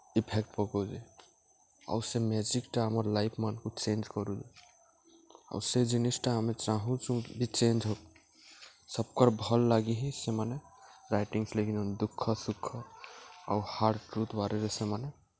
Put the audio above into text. effect ପକଉଚେ ଆଉ ସେ ମେଜିକ୍ଟା ଆମର୍ ଲାଇଫମାନ୍ଙ୍କୁ ଚେଞ୍ଜ୍ କରୁଚେ ଆଉ ସେ ଜିନିଷ୍ଟା ଆମେ ଚାହୁଁଚୁଁ ବି ଚେଞ୍ଜ୍ ହଉ ସବକର୍ ଭଲ୍ ଲାଗି ହିଁ ସେମାନେ ରାଇଟିଙ୍ଗ୍ସ ଲେଖିଛନ୍ ଦୁଃଖ ସୁଖ ଆଉ ହାର୍ଡ଼ ଟ୍ରୁଥ୍ ବାରେରେ ସେମାନେ